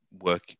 work